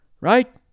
right